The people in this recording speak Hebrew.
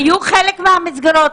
היו חלק מהמסגרות,